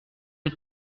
les